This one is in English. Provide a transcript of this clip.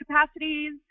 capacities